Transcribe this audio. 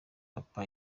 papa